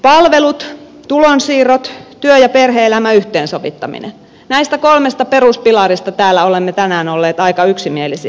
palvelut tulonsiirrot työ ja perhe elämän yhteensovittaminen näistä kolmesta peruspilarista täällä olemme tänään olleet aika yksimielisiä